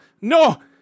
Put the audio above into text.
no